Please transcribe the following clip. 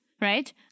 right